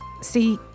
See